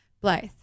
Blythe